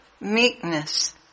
meekness